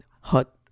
hut